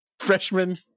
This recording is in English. freshman